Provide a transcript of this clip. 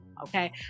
Okay